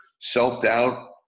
self-doubt